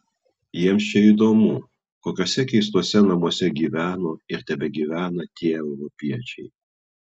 jiems čia įdomu kokiuose keistuose namuose gyveno ir tebegyvena tie europiečiai